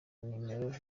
numero